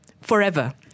forever